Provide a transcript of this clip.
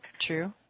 true